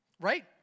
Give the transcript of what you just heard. right